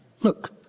look